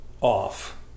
off